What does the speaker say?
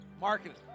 Marketing